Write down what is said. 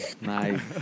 Nice